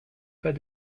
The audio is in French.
pas